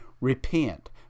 Repent